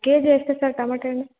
K G ಎಷ್ಟು sir tomato ಹಣ್ಣು